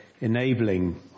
Enabling